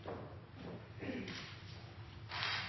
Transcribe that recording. Takk